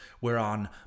whereon